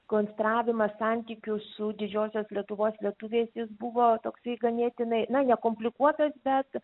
konstravimas santykių su didžiosios lietuvos lietuviais jis buvo toksai ganėtinai na ne komplikuotas bet